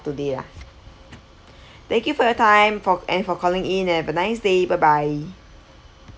today ah thank you for your time for and for calling in and have nice day bye bye